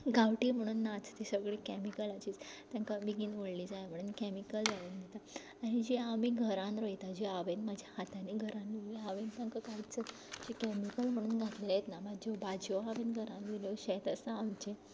गांवठी म्हुणून नाच तीं सगळीं कॅमिकलाचीच तांकां बेगीन व्हडली जाय म्हणून कॅमिकल घालून दिता आनी जीं आमी घरान रोयता जीं हांवें म्हज्या हातांनी घरांत रोयल्या हांवें तांकां कांयच अशें कॅमिकल म्हुणून घातलेलेंत ना म्हज्यो भाजयो हांवें घरांत रोयल्यो शेत आसा आमचें